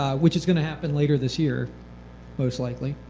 ah which is going to happen later this year most likely,